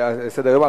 בסדר-היום.